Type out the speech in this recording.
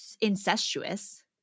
incestuous